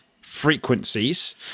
frequencies